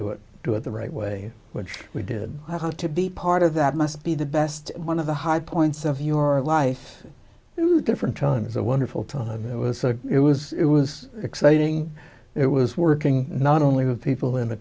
do it do it the right way which we did want to be part of that must be the best one of the high points of your life who different time is a wonderful time it was a it was it was exciting it was working not only with people in the